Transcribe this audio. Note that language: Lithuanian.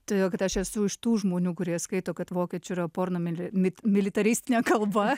todėl kad aš esu iš tų žmonių kurie skaito kad vokiečių yra porno mili mit militaristinė kalba